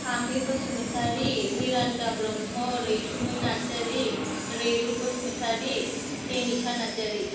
Pami Basumatary Miranda Brahma Raisumai Narzary Rairub Basumatary Denisa Narzary